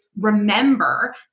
remember